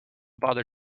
bother